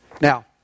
Now